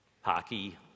hockey